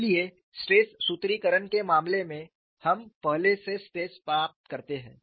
इसलिए स्ट्रेस सूत्रीकरण के मामले में हम पहले स्ट्रेस प्राप्त करते हैं